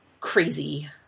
crazy